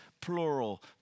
plural